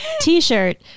t-shirt